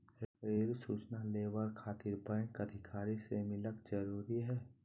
Rail सूचना labour खातिर bank अधिकारी से मिलक जरूरी है?